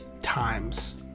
times